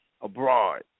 abroad